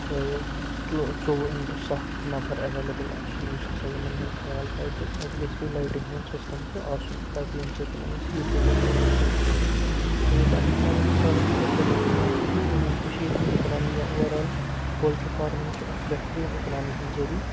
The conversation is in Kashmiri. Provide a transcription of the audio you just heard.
ژوٚوُہ اِنٹو سَتھ نَفر ایویلیبٔل آسُن یُس ہسا یِمَن ہُنٛد خیال تھاوِ تہٕ اَتہِ گژھِ بیٚیہِ لایٹِنٛگ ہُنٛد سِسٹم تہِ آسُن تاکہِ اَمہِ سۭتۍ یمن أسۍ ہیٖٹ ہٮ۪کو پرٛوایڈ کٔرِتھ تہٕ یوتانۍ اِکنامی ہُنٛد تعلُق چھُ یہِ ہسا چھُ اِکنامی کٔشیٖر ہٕٕنٛز اِکنامی یا اوٚور اول پولٹری فارمِنٛگ چھِ اکھ بہتریٖن اِکنامی ہُنٛد زٔریعہِ